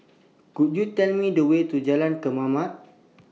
Could YOU Tell Me The Way to Jalan Kemaman